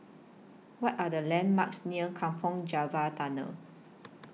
What Are The landmarks near Kampong Java Tunnel